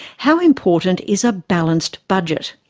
how important is a balanced budget?